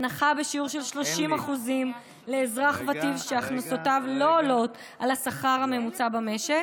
הנחה בשיעור של 30% לאזרח ותיק שהכנסותיו לא עולות על השכר הממוצע במשק